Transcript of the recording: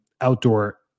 outdoor